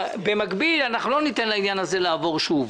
במקביל, אנחנו לא ניתן לעניין הזה לעבור שוב.